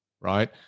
Right